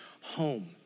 home